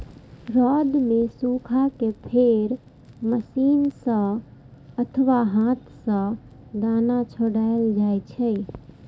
रौद मे सुखा कें फेर मशीन सं अथवा हाथ सं दाना छोड़ायल जाइ छै